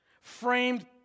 framed